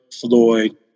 Floyd